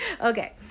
Okay